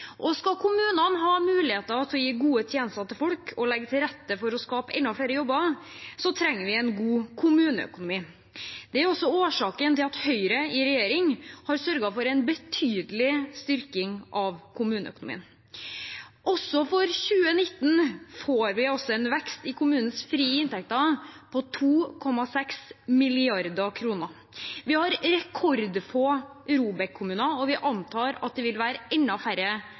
og skal kommunene ha mulighet til å gi gode tjenester til folk og legge til rette for å skape enda flere jobber, trenger vi en god kommuneøkonomi. Det er årsaken til at Høyre i regjering har sørget for en betydelig styrking av kommuneøkonomien. Også for 2019 får vi en vekst i kommunens frie inntekter på 2,6 mrd. kr. Vi har rekordfå ROBEK-kommuner, og vi antar at det vil være enda færre